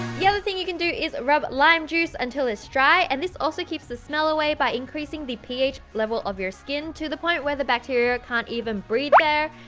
the other thing you can do is rub lime juice until it's dry, and this also keeps the smell away by increasing the ph level of your skin, to the point where bacteria can't even breathe there,